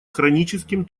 хроническим